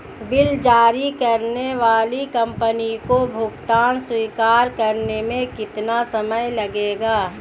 Bill जारी करने वाली कंपनी को भुगतान स्वीकार करने में कितना समय लगेगा?